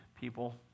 people